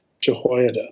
Jehoiada